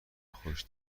خوش